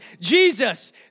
Jesus